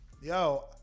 Yo